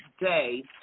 day